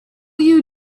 you